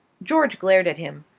george glared at him.